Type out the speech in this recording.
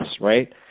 right